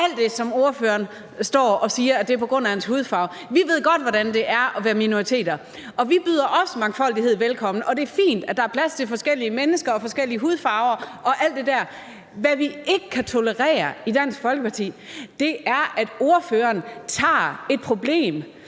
alt det, som ordførerne står og siger skulle være på grund af sin hudfarve. Vi ved godt, hvordan det er at være minoriteter. Vi byder også mangfoldighed velkommen, og det er fint, at der er plads til forskellige mennesker og forskellige hudfarver og alt det der. Hvad vi ikke kan tolerere i Dansk Folkeparti, er, at taleren tager et problem,